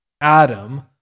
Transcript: Adam